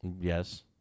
Yes